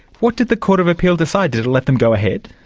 what did the court of appeal decide? did it let them go ahead?